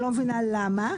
אני לא מבינה למה.